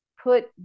put